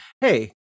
Hey